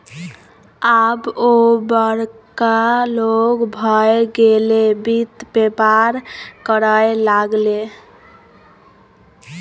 आब ओ बड़का लोग भए गेलै वित्त बेपार करय लागलै